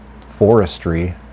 forestry